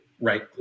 Right